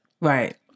Right